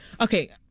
Okay